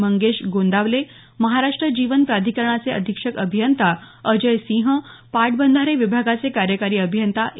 मंगेश गोंदावले महाराष्ट्र जीवन प्राधिकरणाचे अधीक्षक अभियंता अजय सिंह पाटबंधारे विभागाचे कार्यकारी अभियंता ए